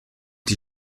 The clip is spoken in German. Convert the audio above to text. die